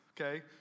okay